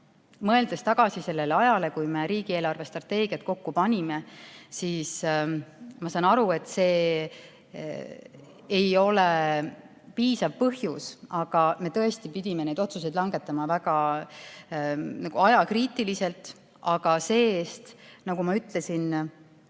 Mõeldes tagasi sellele ajale, kui me riigi eelarvestrateegiat kokku panime, saan ma aru, et see ei ole piisav põhjus, aga me pidime neid otsuseid langetama väga ajakriitiliselt. Aga see-eest, nagu ma ütlesin,